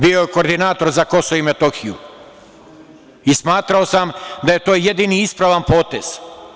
Bio je koordinator za Kosovo i Metohiju i smatrao sam da je to jedini ispravan potez.